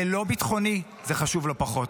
זה לא ביטחוני, וזה חשוב לא פחות.